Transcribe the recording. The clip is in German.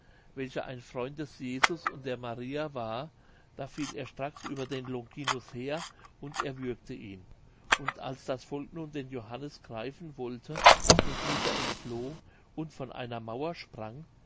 welcher ein freund des jesus und der maria war da fiel er straks über den longinus her und erwürgte ihn und als das volk nun den johannes greifen wollte und dieser entfloh und von einer mauer sprang